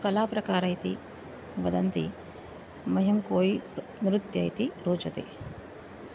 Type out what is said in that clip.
कलाप्रकारः इति वदन्ति मह्यं कोयि नृत्यम् इति रोचते